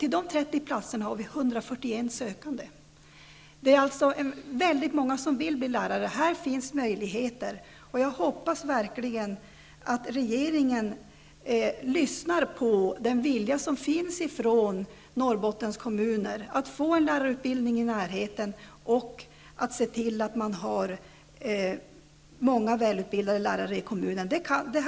Till dessa 30 platser är det 141 sökande. Det är alltså väldigt många som vill bli lärare. Här finns möjligheter. Och jag hoppas verkligen att regeringen beaktar den vilja som finns i Norrbottens kommuner att få en lärarutbildning i närheten och ser till att man får många välutbildade lärare i dessa kommuner.